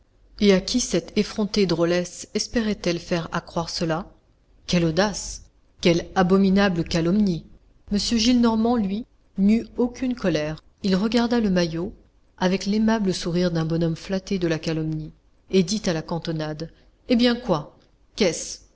et à qui cette effrontée drôlesse espérait elle faire accroire cela quelle audace quelle abominable calomnie m gillenormand lui n'eut aucune colère il regarda le maillot avec l'aimable sourire d'un bonhomme flatté de la calomnie et dit à la cantonade eh bien quoi qu'est-ce